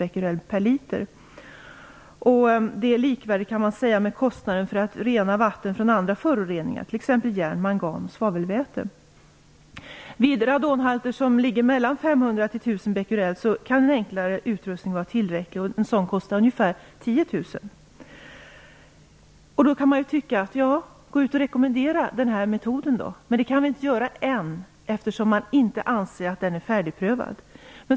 Det är likvärdigt med kostnader för att rena vatten från andra föroreningar, t.ex järn, mangan och svavelväte. Vid radonhalter som ligger mellan 500 och 1 000 becquerel kan en enklare utrustning vara tillräcklig. En sådan kostar ungefär Då kan man ju tycka att det väl bara är att gå ut och rekommendera den här metoden. Men det kan vi inte göra än, eftersom man inte anser att den är färdigprövad.